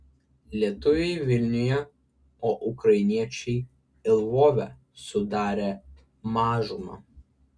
lietuviai vilniuje o ukrainiečiai lvove sudarė mažumą